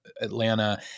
Atlanta